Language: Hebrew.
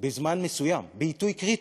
בזמן מסוים, בעיתוי קריטי,